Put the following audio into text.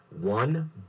One